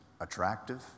attractive